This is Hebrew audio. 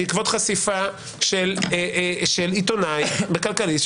בעקבות חשיפה של עיתונאי בכלכליסט,